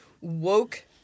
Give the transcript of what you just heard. woke